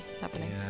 happening